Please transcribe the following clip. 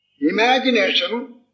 Imagination